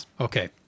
okay